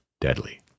deadly